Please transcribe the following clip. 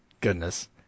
Goodness